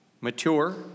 mature